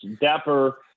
Dapper